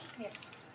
Yes